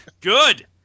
Good